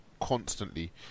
constantly